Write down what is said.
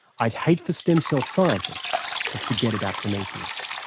i'd hate for stem cell scientists to forget about prometheus.